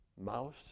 mouse